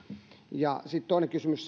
ja sitten toinen kysymys